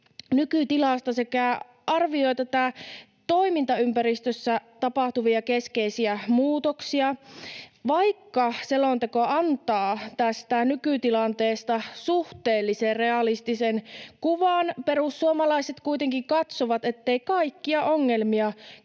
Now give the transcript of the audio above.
nykytilasta sekä arvioi tässä toimintaympäristössä tapahtuvia keskeisiä muutoksia. Vaikka selonteko antaa tästä nykytilanteesta suhteellisen realistisen kuvan, perussuomalaiset kuitenkin katsovat, ettei kaikkia ongelmia käsitellä